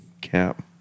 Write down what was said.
Cap